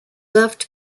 left